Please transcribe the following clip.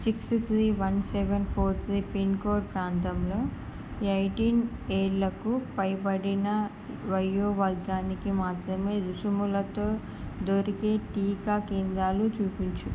six three one seven four three pincode ప్రాంతంలో eighteen ఏళ్లకు పైబడిన వయో వర్గానికి మాత్రమే రుసుములతో దొరికే టీకా కేంద్రాలు చూపించు